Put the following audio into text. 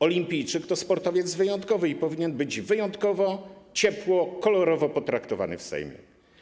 Olimpijczyk to sportowiec wyjątkowy i powinien być wyjątkowo, ciepło, kolorowo potraktowany w Sejmie.